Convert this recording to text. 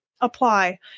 apply